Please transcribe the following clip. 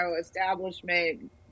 establishment